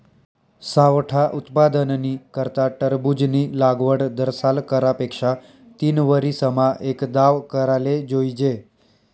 सावठा उत्पादननी करता टरबूजनी लागवड दरसाल करा पेक्षा तीनवरीसमा एकदाव कराले जोइजे